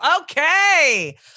Okay